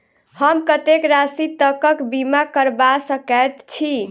हम कत्तेक राशि तकक बीमा करबा सकैत छी?